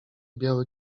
biały